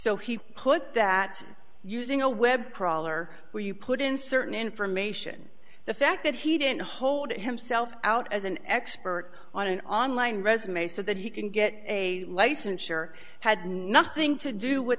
so he put that using a web crawler where you put in certain information the fact that he didn't hold it himself out as an expert on an online resume so that he can get a license or had nothing to do with